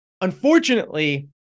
unfortunately